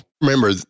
remember